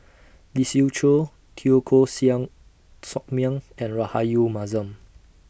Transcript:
Lee Siew Choh Teo Koh Siang Sock Miang and Rahayu Mahzam